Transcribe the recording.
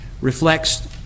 reflects